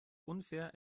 unfair